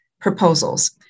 proposals